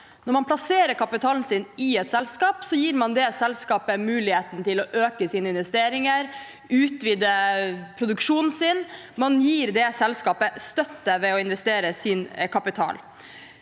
Når man plasserer kapitalen sin i et selskap, gir man det selskapet muligheten til å øke sine investeringer og utvide produksjonen sin. Man gir det selskapet støtte ved å investere sin kapital.